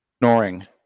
snoring